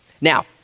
Now